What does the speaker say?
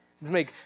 Make